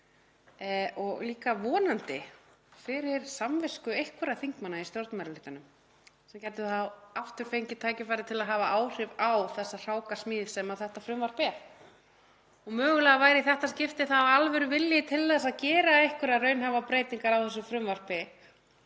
og líka vonandi fyrir samvisku einhverra þingmanna í stjórnarmeirihlutanum sem gætu þá aftur fengið tækifæri til að hafa áhrif á þá hrákasmíð sem frumvarpið er. Mögulega væri í þetta skipti alvöruvilji til að gera einhverjar raunhæfar breytingar á frumvarpinu